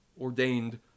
ordained